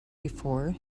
before